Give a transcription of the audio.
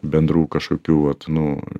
bendrų kažkokių vat nu